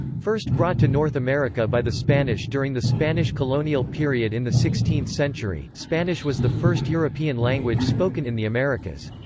first brought to north america by the spanish during the spanish colonial period in the sixteenth century, spanish was the first european language spoken in the americas.